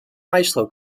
maestro